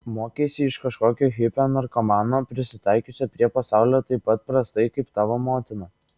mokeisi iš kažkokio hipio narkomano prisitaikiusio prie pasaulio taip pat prastai kaip tavo motina